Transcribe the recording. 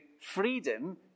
freedom